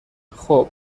خوب